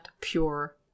Pure